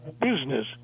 business